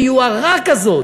ביוהרה כזאת?